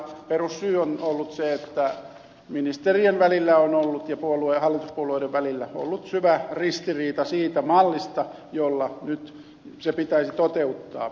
perussyy on ollut se että ministerien ja hallituspuolueiden välillä on ollut syvä ristiriita siitä mallista jolla se uudistus nyt pitäisi toteuttaa